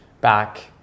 back